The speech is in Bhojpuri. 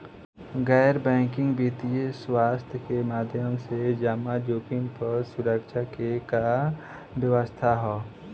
गैर बैंकिंग वित्तीय संस्था के माध्यम से जमा जोखिम पर सुरक्षा के का व्यवस्था ह?